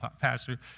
Pastor